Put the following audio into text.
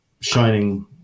shining